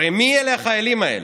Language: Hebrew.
הרי מי החיילים האלה?